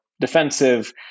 defensive